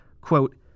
quote